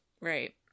Right